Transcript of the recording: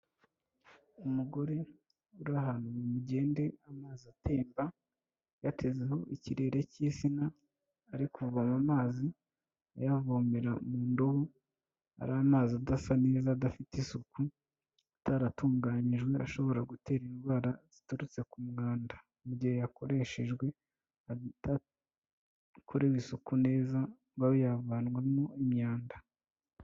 Umugore uri ahantu mu mugende w'amazi atemba, yatezeho ikirere cy'insina, ari kuvoma amazi, ayavomera mu ndobo, hari amazi adasa neza, adafite isuku, ataratunganyijwe neza, ashobora gutera indwara ziturutse k'umwanda mu gihe yakoreshejwe adakorewe isuku neza bayavanyemo imyanda.